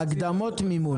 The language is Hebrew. הקדמות מימון.